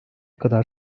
kadar